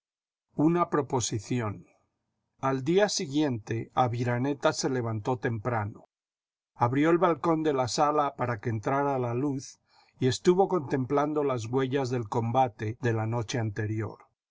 una proposición al día siguiente aviraneta se levantó temprano abrió el balcón de la sala para que entrara la luz y estuvo contemplando las huellas del combate de la noche anterior